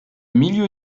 milieu